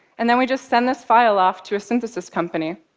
and then we just send this file off to a synthesis company.